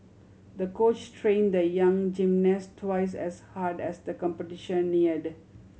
the coach train the young gymnast twice as hard as the competition neared